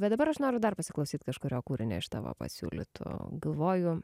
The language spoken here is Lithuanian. bet dabar aš noriu dar pasiklausyt kažkurio kūrinio iš tavo pasiūlytų galvoju